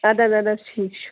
اَدٕ حظ اَدٕ حظ ٹھیٖک چھُ